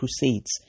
crusades